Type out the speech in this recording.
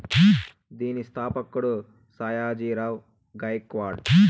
దీని స్థాపకుడు సాయాజీ రావ్ గైక్వాడ్